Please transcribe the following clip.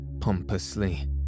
pompously